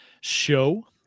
show